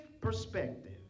perspective